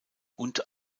und